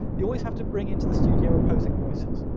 you'd always have to bring into the studio opposing voices.